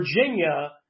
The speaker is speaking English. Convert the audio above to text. Virginia